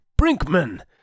Brinkman